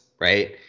right